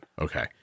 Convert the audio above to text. Okay